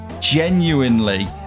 genuinely